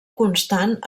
constant